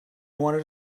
wanted